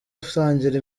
atangira